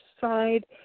side